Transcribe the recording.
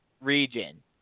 region